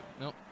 Nope